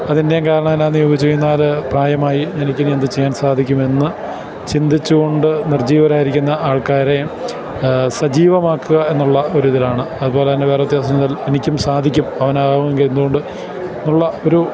അതിന്റെയും കാരണം എന്താണെന്നു ചോദിച്ചുകഴിഞ്ഞാല് പ്രായമായി എനിക്കിനി എന്തു ചെയ്യാൻ സാധിക്കുമെന്നു ചിന്തിച്ചുകൊണ്ടു നിർജ്ജീവരായിരിക്കുന്ന ആൾക്കാരെ സജീവമാക്കുക എന്നുള്ള ഒരിതിലാണ് അതുപോല തന്നെ വേറൊരു വത്യാസമെന്നുവച്ചാല് എനിക്കും സാധിക്കും അവനാകുമെങ്കിലെന്തുകൊണ്ട് എന്നുള്ള ഒരു